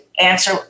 answer